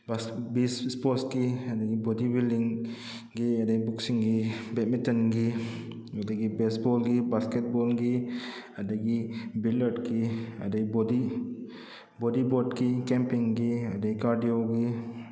ꯕꯤꯁ ꯁ꯭ꯄꯣꯔꯠꯁꯀꯤ ꯑꯗꯨꯗꯒꯤ ꯕꯣꯗꯤꯕꯤꯜꯗꯤꯡ ꯒꯤ ꯑꯗꯨꯗꯩ ꯕꯣꯛꯁꯤꯡꯒꯤ ꯕꯦꯠꯃꯤꯟꯇꯟꯒꯤ ꯑꯗꯨꯗꯒꯤ ꯕꯦꯁꯕꯣꯜꯒꯤ ꯕꯥꯁꯀꯦꯠꯕꯣꯜꯒꯤ ꯑꯗꯨꯗꯒꯤ ꯕꯤꯂ꯭ꯔꯠꯀꯤ ꯑꯗꯨꯗꯩ ꯕꯣꯗꯤ ꯕꯣꯗꯤꯕꯣꯠꯀꯤ ꯀꯦꯝꯄꯤꯡꯒꯤ ꯑꯗꯨꯗꯩ ꯀꯥꯔꯗꯤꯌꯣꯒꯤ